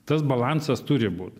tas balansas turi būt